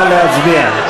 נא להצביע.